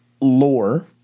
lore